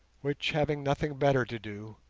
which, having nothing better to do,